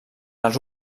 els